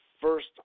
first